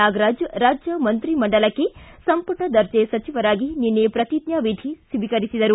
ನಾಗರಾಜ್ ರಾಜ್ಯ ಮಂತ್ರಿಮಂಡಲಕ್ಕೆ ಸಂಪುಟ ದರ್ಜೆ ಸಚಿವರಾಗಿ ನಿನ್ನೆ ಪ್ರತಿಜ್ಞಾವಿಧಿ ಸ್ವೀಕರಿಸಿದರು